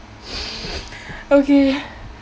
okay